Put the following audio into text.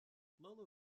lolo